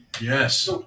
Yes